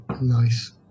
nice